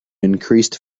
increased